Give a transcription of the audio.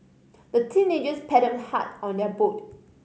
the teenagers paddled hard on their boat